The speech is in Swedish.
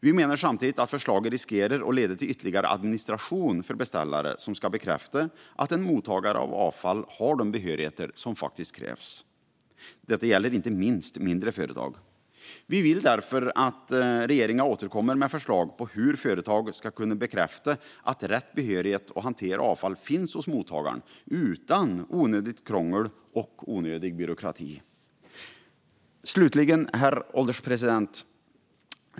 Vi menar samtidigt att förslaget riskerar att leda till ytterligare administration för beställare som ska bekräfta att en mottagare av avfall har de behörigheter som krävs. Detta gäller inte minst mindre företag. Vi vill därför att regeringen återkommer med förslag på hur företag utan onödigt krångel och onödig byråkrati ska kunna bekräfta att rätt behörighet att hantera avfall finns hos mottagaren. Herr ålderspresident!